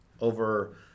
over